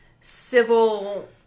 civil